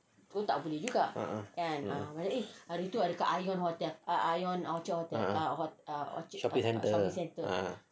ah ah shopping centre